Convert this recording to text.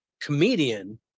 comedian